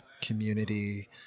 community